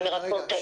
על מרפאות הדיבור.